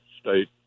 state